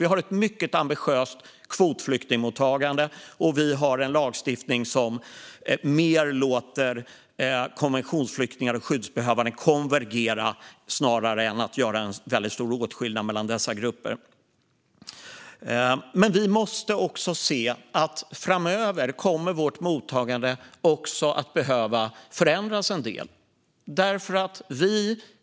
Vi har ett mycket ambitiöst kvotflyktingmottagande, och vi har en lagstiftning som låter konventionsflyktingar och skyddsbehövande konvergera snarare än gör en stor åtskillnad mellan dessa grupper. Vi måste dock även se att vårt mottagande kommer att behöva förändras en del framöver.